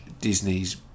Disney's